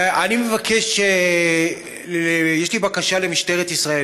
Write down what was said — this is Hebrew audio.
יש לי בקשה למשטרת ישראל.